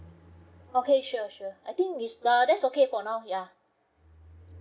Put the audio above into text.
okay sure sure I think it's uh that's okay for now yeah